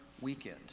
weekend